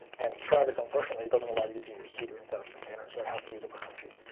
and travis, unfortunately, doesn't allow you to use sudo instead of container, so i have to use a virtual machine.